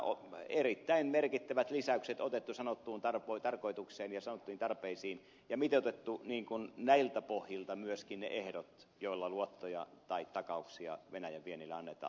nämä erittäin merkittävät lisäykset on otettu sanottuun tarkoitukseen ja sanottuihin tarpeisiin ja on näiltä pohjilta mitoitettu myöskin ne ehdot joilla luottoja tai takauksia venäjän viennille annetaan